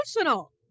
emotional